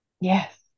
Yes